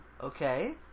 Okay